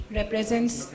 represents